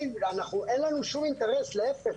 אין לנו שום אינטרס, להיפך.